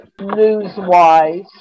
news-wise